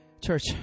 Church